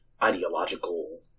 ideological